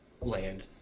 land